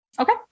Okay